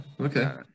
okay